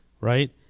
right